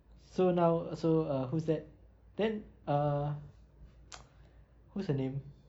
so now so err who's that then uh who's her name